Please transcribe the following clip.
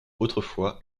autrefois